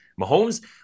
Mahomes